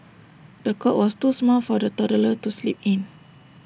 the cot was too small for the toddler to sleep in